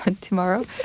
tomorrow